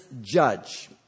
judge